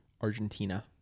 Argentina